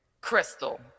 Crystal